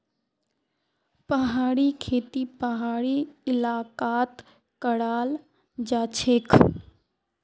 पहाड़ी खेती पहाड़ी इलाकात कराल जाछेक